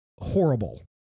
horrible